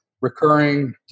recurring